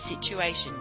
situation